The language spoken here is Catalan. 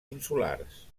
insulars